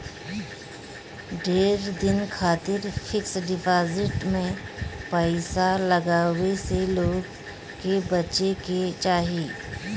ढेर दिन खातिर फिक्स डिपाजिट में पईसा लगावे से लोग के बचे के चाही